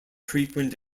frequent